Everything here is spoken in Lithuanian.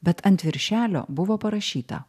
bet ant viršelio buvo parašyta